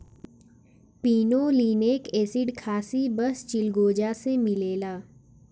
pinolenic acid खासी बस चिलगोजा से मिलेला